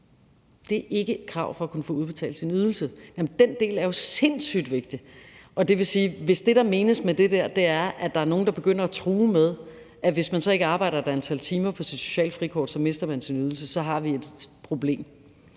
Det er ikke et krav for at kunne få udbetalt sin ydelse. Den del er jo sindssygt vigtig. Det vil sige, at hvis det, der menes med det der, er, at der er nogen, der begynder at true med, at hvis man så ikke arbejder et antal timer på sit sociale frikort, mister man sin ydelse, så har vi et problem.